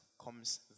comes